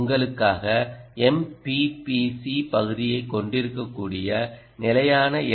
உங்களுக்காக MPPC பகுதியைக் கொண்டிருக்கக் கூடிய நிலையான எல்